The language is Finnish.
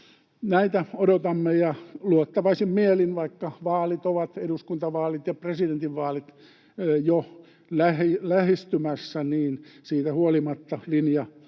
Näitä odotamme ja luottavaisin mielin. Vaikka vaalit, eduskuntavaalit ja presidentinvaalit, ovat jo lähestymässä, siitä huolimatta linja